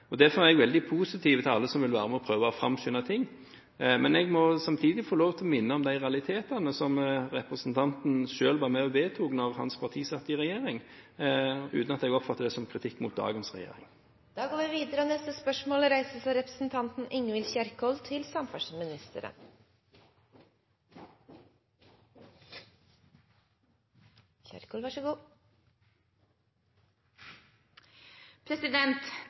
Derfor er jeg veldig positiv til alle som vil være med og prøve å framskynde ting. Men jeg må samtidig få lov til å minne om de realitetene som representanten selv var med og vedtok da hans parti satt i regjering, uten at jeg oppfatter det som kritikk mot dagens